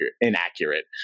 inaccurate